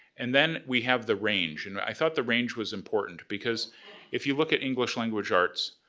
and then we have the range. and but i thought the range was important because if you look at english-language arts,